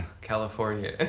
California